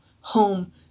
home